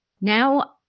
now